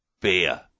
Beer